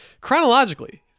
Chronologically